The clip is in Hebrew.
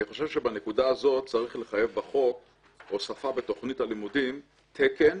אני חושב שבנקודה הזאת צריך לחייב בחוק הוספה בתוכנית הלימודים תקן